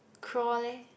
crawl leh